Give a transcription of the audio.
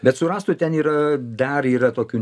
bet su rastu ten yra dar yra tokių